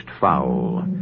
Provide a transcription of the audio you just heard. foul